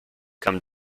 come